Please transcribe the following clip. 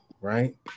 right